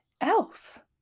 else